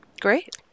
Great